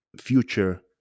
future